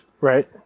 Right